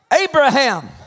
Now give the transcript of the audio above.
Abraham